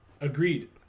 Agreed